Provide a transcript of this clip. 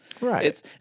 Right